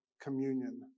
communion